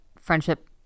friendship